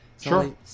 Sure